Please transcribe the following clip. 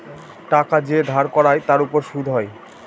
টাকা যে ধার করায় তার উপর সুদ হয়